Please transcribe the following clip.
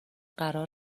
قرار